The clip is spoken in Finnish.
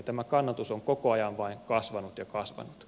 tämä kannatus on koko ajan vain kasvanut ja kasvanut